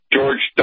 George